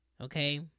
Okay